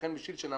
לכן, בשביל שנעמוד